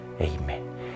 Amen